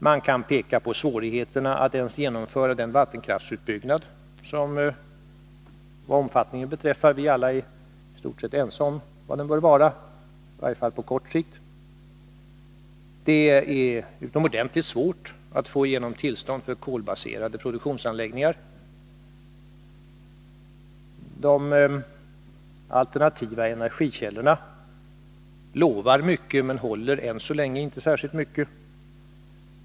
Man kan peka på svårigheterna att genomföra ens den vattenkraftsutbyggnad som vi alla är i stort sett överens om vad omfattningen, i varje fall på sikt, beträffar. Det är utomordentligt svårt att få igenom tillstånd för kolbaserade produktionsanläggningar. De alternativa energikällorna lovar mycket, men håller ännu så länge inte särskilt mycket.